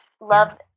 love